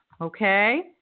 Okay